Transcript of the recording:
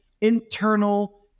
internal